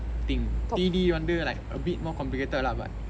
thing D_D வந்து:vanthu like a bit more complicated lah but